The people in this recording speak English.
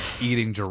eating